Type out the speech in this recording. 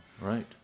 Right